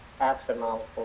astronomical